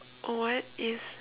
what is